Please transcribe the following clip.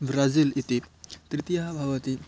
Brazil इति तृतीयः भवति